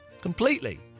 Completely